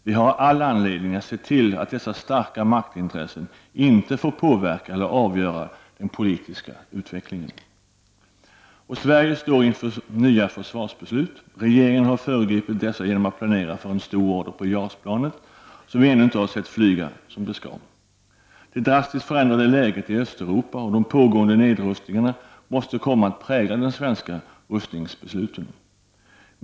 Vi har all anledning att se till att dessa starka maktintressen inte får påverka eller avgöra den politiska utvecklingen. Sverige står inför nya försvarsbeslut. Regeringen har föregripit dessa genom att planera för en stor order på JAS-planet, som vi ännu inte har sett flyga som det skall. Det drastiskt förändrade läget i Östeuropa och de pågående nedrustningarna måste komma att prägla de svenska rustningsbesluten.